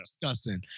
disgusting